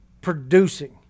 Producing